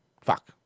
Fuck